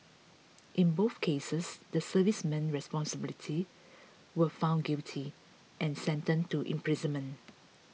in both cases the servicemen responsibility were found guilty and sentenced to imprisonment